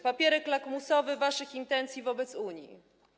Papierek lakmusowy waszych intencji wobec Unii.